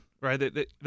Right